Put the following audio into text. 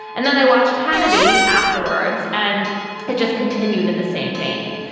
and then i watched hannity afterwards and it just continued in the same vein.